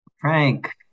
Frank